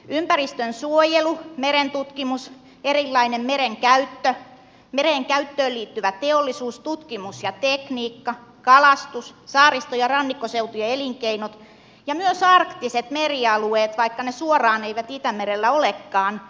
ympäristönsuojelu merentutkimus erilainen meren käyttö meren käyttöön liittyvä teollisuus tutkimus ja tekniikka kalastus saaristo ja rannikkoseutujen elinkeinot ja myös arktiset merialueet vaikka ne suoraan eivät itämerellä olekaan